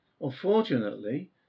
unfortunately